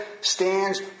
stands